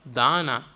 dana